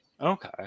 okay